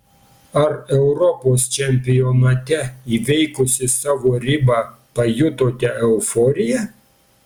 ar europos čempionate įveikusi savo ribą pajutote euforiją